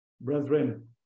Brethren